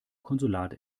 konsulat